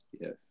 Yes